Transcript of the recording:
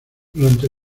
durante